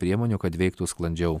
priemonių kad veiktų sklandžiau